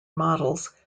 models